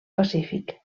pacífic